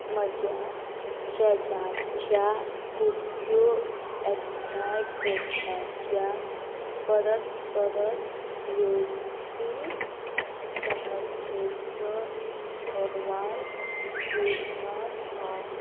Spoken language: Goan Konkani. म्हज्या शेजारच्या कुडक्यो एकठांय करपाच्या परत परत येवपी समस्येचो अहवाल दिवपाक हांव